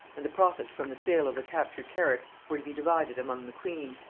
and the profits from the sale of the captured carrack were to be divided among the queen,